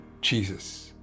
Jesus